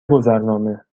گذرنامه